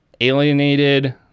alienated